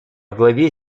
главе